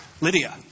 Lydia